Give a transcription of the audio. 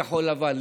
כחול לבן,